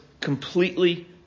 completely